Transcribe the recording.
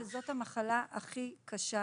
שכאמור זו המחלה הקשה